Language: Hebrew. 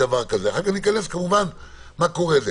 בדיוק, אני לא הולך לקבוע את זה.